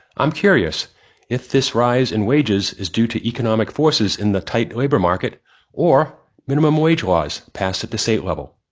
i'm curious if this rise in wages is due to economic forces in the tight labor market or minimum wage laws passed at the state level.